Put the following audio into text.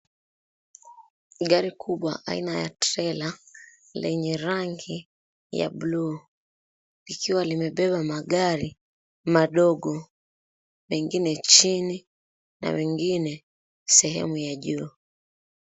Gari kubwa aina ya trela, lenye rangi ya buluu, likiwa limebeba magari madogo, mengine chini na mengine sehemu ya juu.